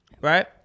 Right